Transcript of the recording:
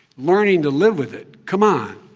learning to live with it? come on.